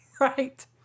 Right